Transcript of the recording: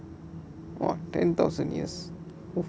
!wow! ten thousand years